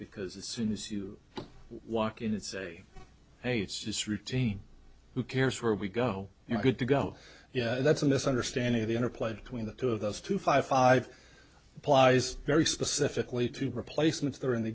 because as soon as you walk in and say hey it's just routine who cares where we go and good to go that's a misunderstanding of the interplay between the two of those two five five applies very specifically to replacements there in the